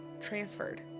transferred